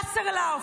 וסרלאוף,